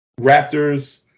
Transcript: Raptors